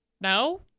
No